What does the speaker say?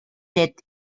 llet